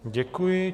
Děkuji.